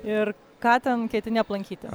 ir ką ten ketini aplankyti